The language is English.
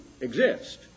exist